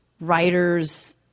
writers